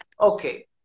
Okay